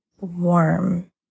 warm